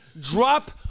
drop